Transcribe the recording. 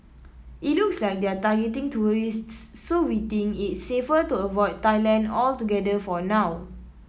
it looks like they're targeting tourists so we think it's safer to avoid Thailand altogether for now